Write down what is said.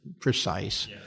precise